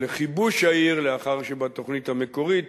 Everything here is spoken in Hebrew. לכיבוש העיר, לאחר שבתוכנית המקורית